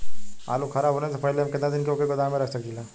आलूखराब होने से पहले हम केतना दिन वोके गोदाम में रख सकिला?